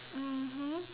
mmhmm